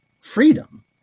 freedom